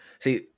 See